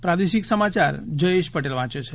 પ્રાદેશિક સમાચાર જયેશ પટેલ વાંચે છે